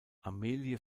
amelie